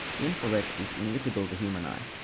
infrared is invisible to human eye.